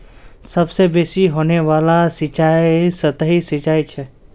सबसे बेसि होने वाला सिंचाई सतही सिंचाई छ